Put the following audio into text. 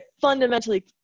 fundamentally